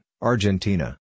Argentina